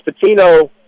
Patino